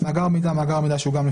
בקשה של המחלקה לחקירת שוטים וכן הלאה.